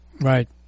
Right